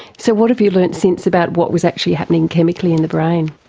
so what have you learnt since about what was actually happening chemically in the brain?